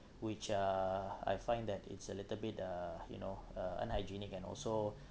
which uh I find that it's a little bit uh you know uh unhygienic and also